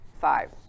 five